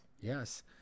Yes